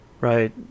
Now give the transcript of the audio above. Right